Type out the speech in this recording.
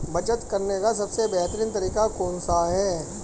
बचत करने का सबसे बेहतरीन तरीका कौन सा है?